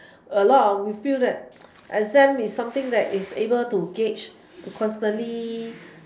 a lot of we feel that exam is something that is able to gauge to constantly